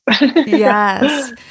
Yes